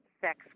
sex